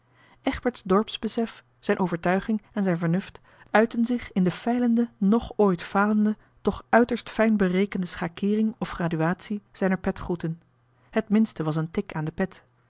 egberts dorpsbesef zijn overtuiging en zijn vernuft uitten zich in de feilende noch ooit falende toch uiterst fijn berekende schakeering of graduatie zijner petgroeten het minste was een tik aan de pet